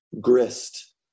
grist